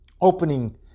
opening